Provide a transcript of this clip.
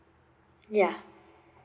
ya